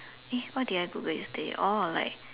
eh what did I Google yesterday oh like